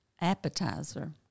Appetizer